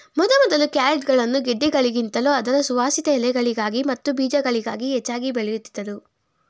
ಮೊದಮೊದಲು ಕ್ಯಾರೆಟ್ಗಳನ್ನು ಗೆಡ್ಡೆಗಳಿಗಿಂತಲೂ ಅದರ ಸುವಾಸಿತ ಎಲೆಗಳಿಗಾಗಿ ಮತ್ತು ಬೀಜಗಳಿಗಾಗಿ ಹೆಚ್ಚಾಗಿ ಬೆಳೆಯುತ್ತಿದ್ದರು